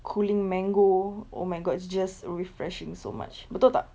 cooling mango oh my god it's just refreshing so much betul tak